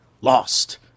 lost